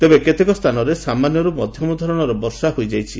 ତେବେ କେତେକ ସ୍ଥାନରେ ସାମାନ୍ୟରୁ ମଧ୍ଧମ ଧରଣର ବର୍ଷା ହୋଇଯାଇଛି